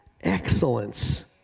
excellence